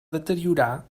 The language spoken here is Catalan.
deteriorar